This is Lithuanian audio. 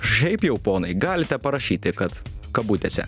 šiaip jau ponai galite parašyti kad kabutėse